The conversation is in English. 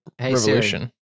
revolution